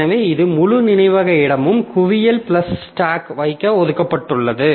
எனவே இந்த முழு நினைவக இடமும் குவியல் பிளஸ் ஸ்டாக் வைக்க ஒதுக்கப்பட்டுள்ளது